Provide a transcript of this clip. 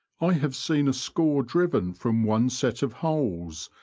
i have seen a score driven from one set of holes,